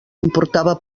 importava